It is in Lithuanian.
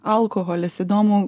alkoholis įdomu